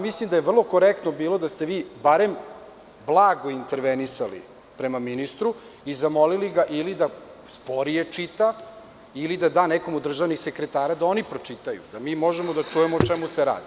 Mislim da bi vrlo korektno bilo da ste vi bar blago intervenisali prema ministru i zamolili ga ili da sporije čita ili da nekom od državnih sekretara da oni pročitaju da mi možemo da čujemo o čemu se radi.